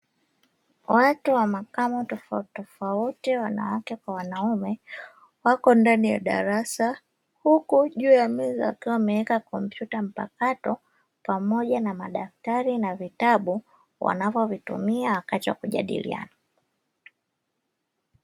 Watu wa makamo tofautitofauti wanawake kwa wanaume wako ndani ya darasa, huku juu ya meza wakiwa wameweka kompyuta mpakato pamoja na madaftari na vitabu wanavyovitumia wakati wa kuajdiliana.